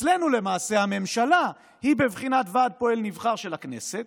אצלנו למעשה הממשלה היא בבחינת 'ועד פועל נבחר' של הכנסת.